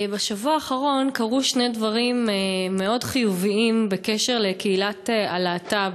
בשבוע האחרון קרו שני דברים מאוד חיוביים בקשר לקהילת הלהט"ב.